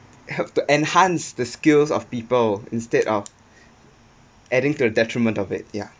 helped to enhance the skills of people instead of adding to the detriment of it ya